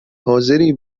حاضری